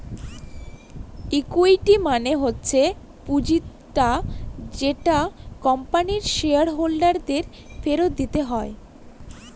equity মানে হচ্ছে পুঁজিটা যেটা কোম্পানির শেয়ার হোল্ডার দের ফেরত দিতে হয়